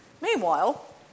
Meanwhile